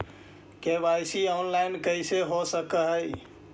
KYC online कैसे हो सक है?